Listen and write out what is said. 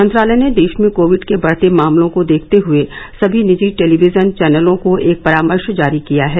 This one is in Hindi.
मंत्रालय ने देश में कोविड के बढते मामलों को देखते हुए सभी निजी टेलीविजन चैनलों को एक परामर्श जारी किया है